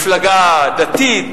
מפלגה דתית,